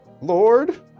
Lord